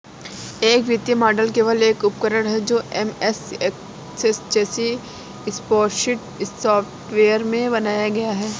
एक वित्तीय मॉडल केवल एक उपकरण है जो एमएस एक्सेल जैसे स्प्रेडशीट सॉफ़्टवेयर में बनाया गया है